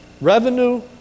Revenue